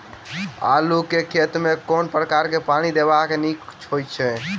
आलु केँ खेत मे केँ प्रकार सँ पानि देबाक नीक होइ छै?